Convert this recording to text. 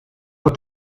pro